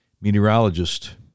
meteorologist